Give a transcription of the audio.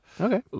Okay